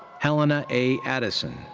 helena a. addison,